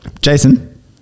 Jason